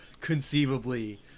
conceivably